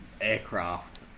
aircraft